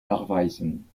nachweisen